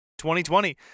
2020